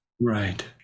Right